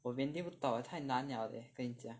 我 maintain 不到太难 liao leh